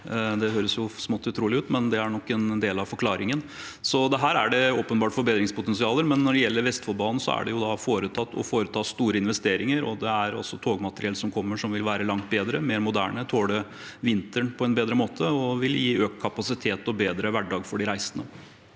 jo smått utrolig ut, men det er nok en del av forklaringen. Her er det åpenbart forbedringspotensial. Når det gjelder Vestfoldbanen, er det foretatt og foretas store investeringer. Det vil også komme togmateriell som vil være langt bedre, mer moderne, og som vil tåle vinteren på en bedre måte. Det vil gi økt kapasitet og bedre hverdag for de reisende.